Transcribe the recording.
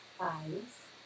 eyes